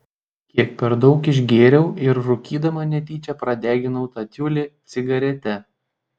kiek per daug išgėriau ir rūkydama netyčia pradeginau tą tiulį cigarete